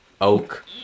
oak